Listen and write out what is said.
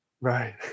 right